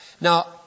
Now